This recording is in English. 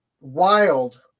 wild